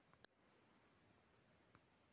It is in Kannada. ಸರ್ ಆಭರಣದ ಸಾಲಕ್ಕೆ ಇಷ್ಟೇ ಟೈಮ್ ಅಂತೆನಾದ್ರಿ ಐತೇನ್ರೇ?